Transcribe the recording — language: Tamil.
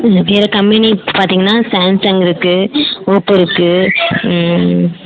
வேறு கம்பேனி பார்த்திங்கன்னா சாம்சங் இருக்கு ஒப்போ இருக்கு